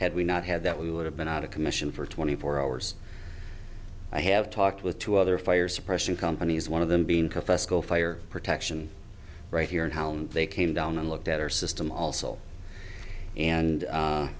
had we not had that we would have been out of commission for twenty four hours i have talked with two other fire suppression companies one of them being professor go fire protection right here and how they came down and looked at our system also and